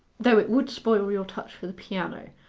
though it would spoil your touch for the piano.